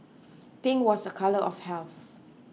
pink was a colour of health